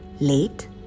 Late